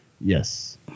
Yes